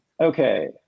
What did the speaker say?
Okay